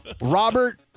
Robert